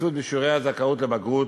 ההתייצבות בשיעור הזכאות לבגרות,